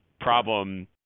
problem